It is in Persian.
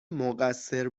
مقصر